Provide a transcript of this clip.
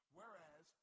whereas